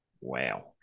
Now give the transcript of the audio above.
wow